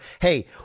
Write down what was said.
hey